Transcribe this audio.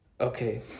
okay